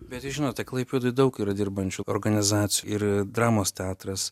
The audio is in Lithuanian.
bet jūs žinote klaipėdoj daug yra dirbančių organizacijų ir dramos teatras